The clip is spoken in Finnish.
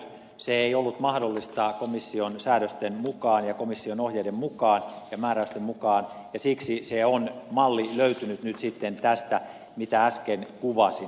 se ei ollut mahdollista komission säädösten mukaan ja komission ohjeiden mukaan ja määräysten mukaan ja siksi se malli on löytynyt nyt sitten tästä mitä äsken kuvasin